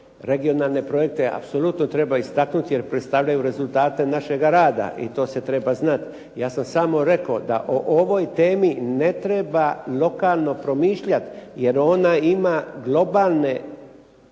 regionalne projekte apsolutno treba istaknuti jer predstavljaju rezultate našega rada i to se treba znati. Ja sam samo rekao da o ovoj temi ne treba lokalno promišljati jer ona ima globalne